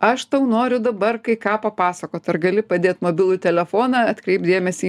aš tau noriu dabar kai ką papasakot ar gali padėt mobilų telefoną atkreipt dėmesį į